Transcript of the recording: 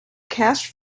cash